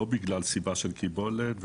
לא בגלל סיבה של קיבולת,